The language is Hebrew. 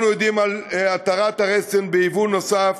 אנחנו יודעים על התרת הרסן בייבוא נוסף,